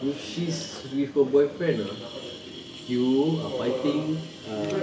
if she's with her boyfriend ah you are fighting ah